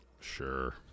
Sure